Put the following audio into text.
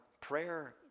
prayer